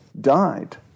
died